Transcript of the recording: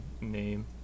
name